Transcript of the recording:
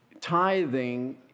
tithing